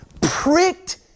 pricked